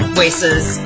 voices